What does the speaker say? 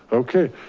okay,